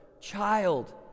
child